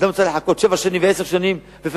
אדם צריך לחכות לאישור תוכניות שבע שנים ועשר שנים,